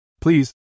Please